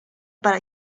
para